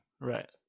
right